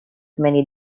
many